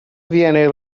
viene